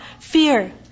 fear